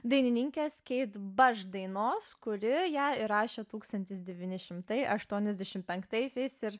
dainininkės keit baš dainos kuri ją įrašė tūkstantis devyni šimtai aštuoniasdešim penktaisiais ir